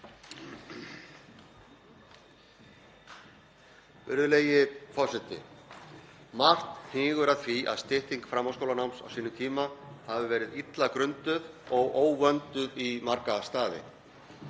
Virðulegi forseti. Margt hnígur að því að stytting framhaldsskólanáms á sínum tíma hafi verið illa grunduð og óvönduð í marga staði.